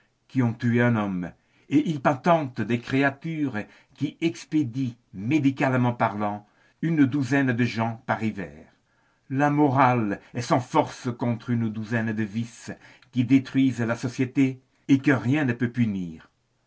qui ont tué un homme et il patente des créatures qui expédient médicalement parlant une douzaine de jeunes gens par hiver la morale est sans force contre une douzaine de vices qui détruisent la société et que rien ne peut punir